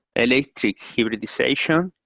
electric hybridization.